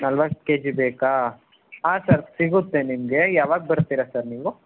ನಲವತ್ತು K G ಬೇಕಾ ಹಾಂ ಸರ್ ಸಿಗುತ್ತೆ ನಿಮಗೆ ಯಾವಾಗ ಬರ್ತೀರಾ ಸರ್ ನೀವು